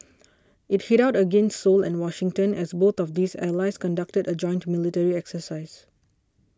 it hit out against Seoul and Washington as both of these allies conducted a joint military exercise